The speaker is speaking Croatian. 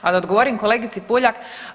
A da odgovorim kolegici Puljak.